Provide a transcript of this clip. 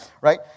right